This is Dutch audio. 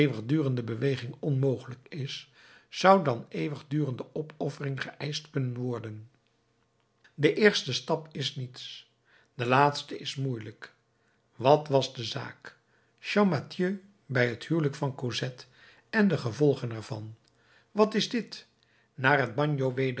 eeuwigdurende beweging onmogelijk is zou dan eeuwigdurende opoffering geëischt kunnen worden de eerste stap is niets de laatste is moeielijk wat was de zaak champmathieu bij het huwelijk van cosette en de gevolgen ervan wat is dit naar het bagno